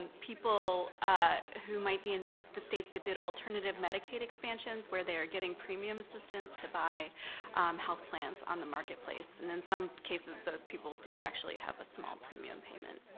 and people ah who might be in the states that did alternative medicaid expansions where they are getting premium assistance to buy health plans on the marketplace and then in some cases, those people do actually have a small premium payment.